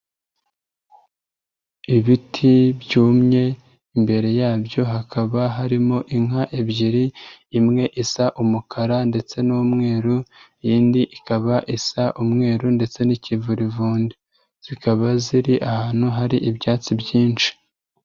Ibiti byumye imbere yabyo hakaba harimo inka ebyiri, imwe isa umukara ndetse n'umweru, indi ikaba isa umweru ndetse n'ikivurivundi. Zikaba ziri ahantu hari ibyatsi byinshi.